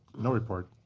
no report.